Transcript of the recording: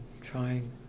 trying